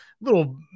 little